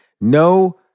No